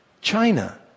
China